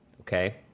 Okay